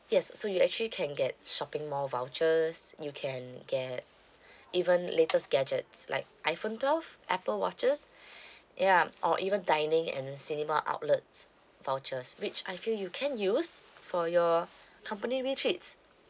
yes so you actually can get shopping mall vouchers you can get even latest gadgets like iphone twelve apple watches yeah or even dining and cinema outlets vouchers which I feel you can use for your company retreats